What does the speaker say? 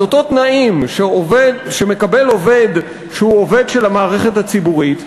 את אותם תנאים שמקבל עובד שהוא עובד של המערכת הציבורית,